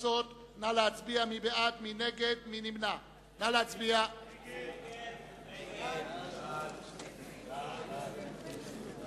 קבוצת סיעת רע"ם-תע"ל וקבוצת סיעת בל"ד לשם החוק לא